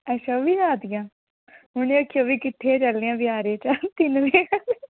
अच्छा ओह् बी जादियां उ'नें आखेआ फ्ही किट्ठे गै चलने आं बजारै तिन जने